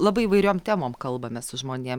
labai įvairiom temom kalbamės su žmonėm